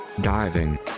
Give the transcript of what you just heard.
diving